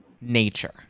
nature